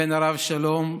בן הרב שלום,